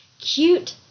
cute